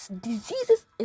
Diseases